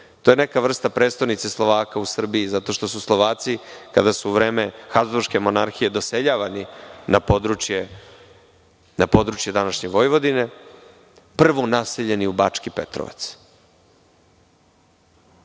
To je neka vrsta prestonice Slovaka u Srbiji zato što su Slovaci, kada su u vreme Habzburške monarhije doseljavani na područje današnje Vojvodine, prvo naseljeni u Bački Petrovac. Da